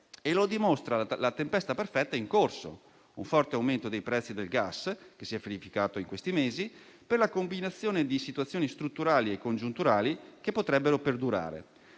E lo dimostra la tempesta perfetta in corso: un forte aumento dei prezzi del gas, che si è verificato in questi mesi per la combinazione di situazioni strutturali e congiunturali che potrebbero perdurare.